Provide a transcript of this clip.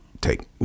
take